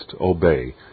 obey